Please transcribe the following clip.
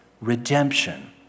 redemption